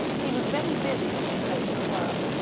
he was very busy with his regular work,